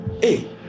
Hey